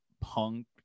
punk